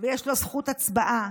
ויש לו זכות הצבעה: